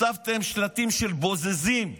הצבתם שלטים של בוזזים באיילון.